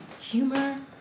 humor